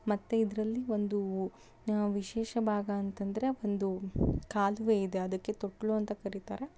ಮತ್ತೆ ಇದರಲ್ಲಿ ಒಂದು ವಿಶೇಷ ಭಾಗ ಅಂತಂದ್ರೆ ಒಂದು ಕಾಲುವೆ ಇದೆ ಅದಕ್ಕೆ ತೊಕ್ಲು ಅಂತ ಕರೀತಾರೆ